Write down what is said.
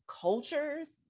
cultures